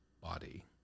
body